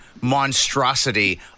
monstrosity